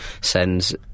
sends